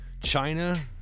China